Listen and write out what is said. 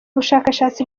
bushakashatsi